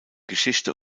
geschichte